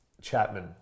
Chapman